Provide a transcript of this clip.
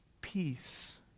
peace